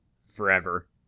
forever